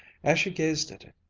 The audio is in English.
as she gazed at it,